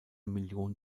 million